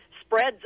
spreads